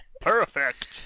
Perfect